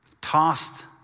tossed